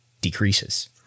decreases